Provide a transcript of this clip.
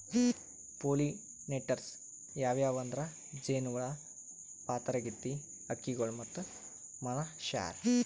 pollinators ಯಾವ್ಯಾವ್ ಅಂದ್ರ ಜೇನಹುಳ, ಪಾತರಗಿತ್ತಿ, ಹಕ್ಕಿಗೊಳ್ ಮತ್ತ್ ಮನಶ್ಯಾರ್